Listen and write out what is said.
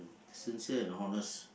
sincere and honest